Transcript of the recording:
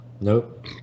Nope